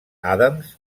adams